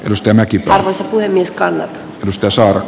ristimäki palasi puhemies kannan nosto saura